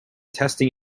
testing